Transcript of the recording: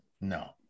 No